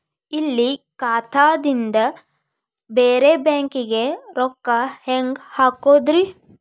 ಇಲ್ಲಿ ಖಾತಾದಿಂದ ಬೇರೆ ಬ್ಯಾಂಕಿಗೆ ರೊಕ್ಕ ಹೆಂಗ್ ಹಾಕೋದ್ರಿ?